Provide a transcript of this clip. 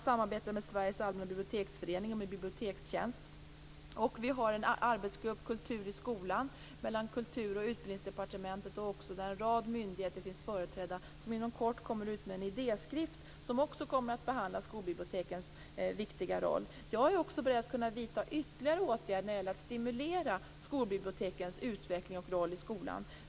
Samarbete sker också med Sveriges Allmänna Det finns en arbetsgrupp mellan Kultur och Utbildningsdepartementet som heter Kultur i skolan. Där finns också en rad myndigheter företrädda. Inom kort kommer gruppen ut med en idéskrift som också kommer att behandla skolbibliotekens viktiga roll. Jag är också beredd att vidta ytterligare åtgärder för att stimulera skolbibliotekens utveckling och roll i skolan.